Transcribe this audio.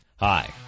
Hi